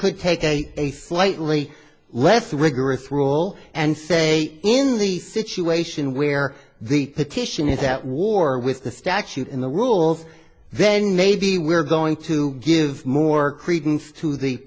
could take a a thief lightly less rigorous rule and say in the situation where the petition is that war with the statute in the rules then maybe we're going to give more credence to the